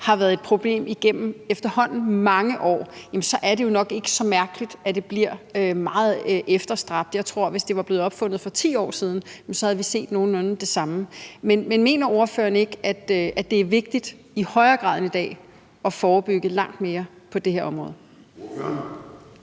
har været et problem igennem efterhånden mange år, så er det jo nok ikke så mærkeligt, at det bliver meget efterstræbt. Jeg tror, at vi, hvis det var blevet opfundet for 10 år siden, havde set nogenlunde det samme. Men mener ordføreren ikke, at det er vigtigt at forebygge langt mere på det her område,